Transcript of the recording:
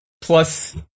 plus